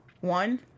one